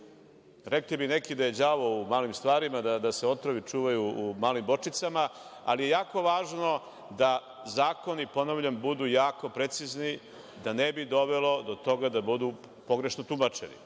Rekli bi neki da je đavo u malim stvarima, da se otrovi čuvaju u malim bočicama, ali je jako važno da zakoni ponavljam, budu jako precizni da ne bi dovelo do toga da budu pogrešno tumačeni.